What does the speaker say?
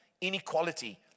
inequality